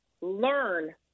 learn